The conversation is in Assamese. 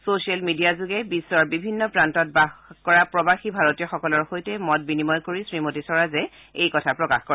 ছচিয়েল মিডিয়া যোগে বিশ্বৰ বিভিন্ন প্ৰান্তত বাসকৰা প্ৰৱাসী ভাৰতীয়সকলৰ সৈতে মত বিনিময় কৰি শ্ৰীমতী স্বৰাজে এইদৰে প্ৰকাশ কৰে